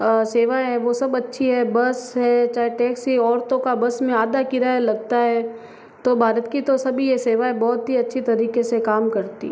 सेवा है वो सब अच्छी है बस है चाहे टैक्सी औरतों का बस में आधा किराया लगता है तो भारत की तो सभी ये सेवाएं बहुत ही अच्छी तरीके से काम करती हैं